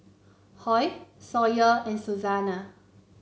Hoy Sawyer and Susanna